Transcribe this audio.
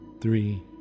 Three